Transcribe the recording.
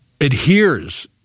adheres